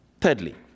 Thirdly